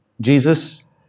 Jesus